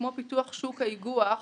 כמו פיתוח שוק האיגו"ח,